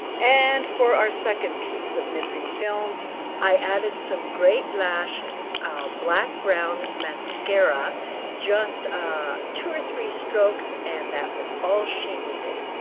and for our second piece of missing film i added some great lash black brown mascara just ah two or three strokes and that was all she needed.